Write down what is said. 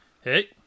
Hey